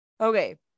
okay